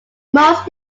most